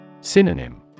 Synonym